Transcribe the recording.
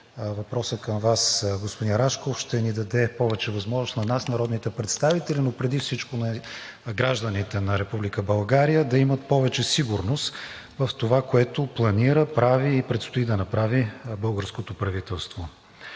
въпросът към Вас, господин Рашков, ще ни даде повече възможност на нас, народните представители, но преди всичко на гражданите на Република България, да имат повече сигурност в това, което планира, прави и предстои да направи българското правителство.